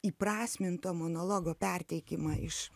įprasminto monologo perteikimą iš